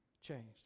changed